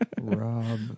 Rob